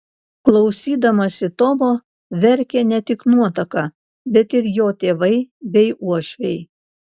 klausydamasi tomo verkė ne tik nuotaka bet ir jo tėvai bei uošviai